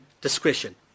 discretion